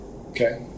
Okay